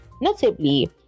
Notably